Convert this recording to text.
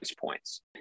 points